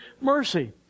mercy